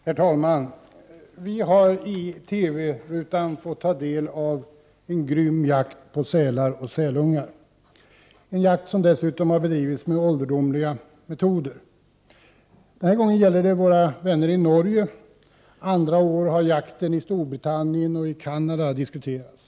Herr talman! Vi har i TV-rutan fått ta del av en grym jakt på sälar och sälungar. Det är en jakt som dessutom har bedrivits med ålderdomliga metoder. Denna gång gäller det våra vänner i Norge, andra år har jakten i Storbritannien och i Canada diskuterats.